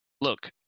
Look